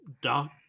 Doc